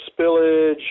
spillage